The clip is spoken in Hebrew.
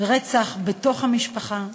רצח בתוך המשפחה.